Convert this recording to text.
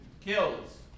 kills